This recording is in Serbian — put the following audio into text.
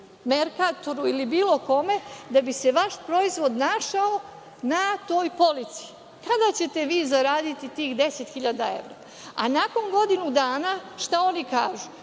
„Merkatoru“ ili bilo kome da bi se vaš proizvod našao na toj polici. Kada ćete vi zaraditi tih 10.000 evra? Nakon godinu dana, šta oni kažu?